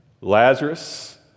Lazarus